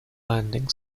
landing